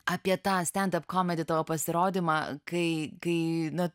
apie tą stendap komedi pasirodymą kai kai na